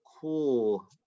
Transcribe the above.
cool